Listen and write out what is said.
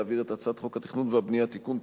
להעביר את הצעת חוק התכנון והבנייה (תיקון,